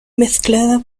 mezclada